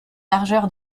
largeur